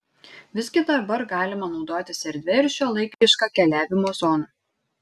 visgi dabar galima naudotis erdvia ir šiuolaikiška keliavimo zona